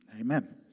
Amen